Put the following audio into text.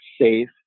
safe